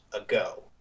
ago